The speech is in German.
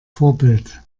vorbild